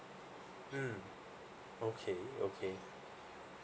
mm okay okay